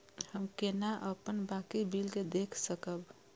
हम केना अपन बाकी बिल के देख सकब?